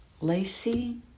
Lacey